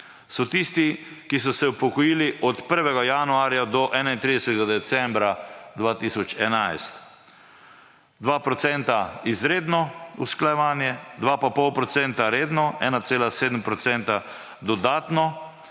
so tisti, ki so se upokojili od 1. januarja do 31. decembra 2011. 2 % izredno usklajevanje, 2,5 % redno, 1,7 % dodatno,